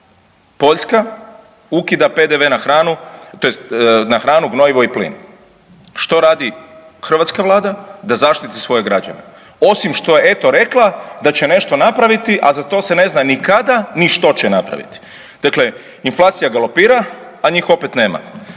Poljska ukida PDV na hranu, tj. na hranu, gnojivo i plin. Što radi hrvatska Vlada da zaštiti svoje građane? Osim što je eto rekla da će nešto napraviti, a za to se ne zna ni kada, ni što će napraviti. Dakle, inflacija galopira a njih opet nema.